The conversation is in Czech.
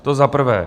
To za prvé.